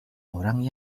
orang